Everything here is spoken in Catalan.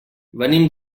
venim